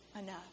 enough